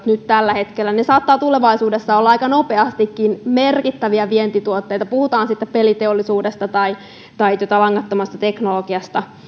nyt tällä hetkellä hullutkin innovaatiot saattavat tulevaisuudessa olla aika nopeastikin merkittäviä vientituotteita puhutaan sitten peliteollisuudesta tai langattomasta teknologiasta